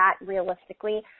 realistically